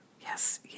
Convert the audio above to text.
yes